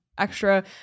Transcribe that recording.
extra